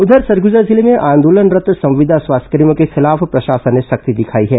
उधर सरगुजा जिले में आंदोलनरत् संविदा स्वास्थ्यकर्मियों के खिलाफ प्रशासन ने सख्ती दिखाई है